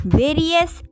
various